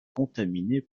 contaminés